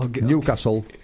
Newcastle